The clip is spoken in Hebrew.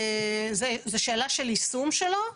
זו שאלה של יישום שלו.